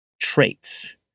traits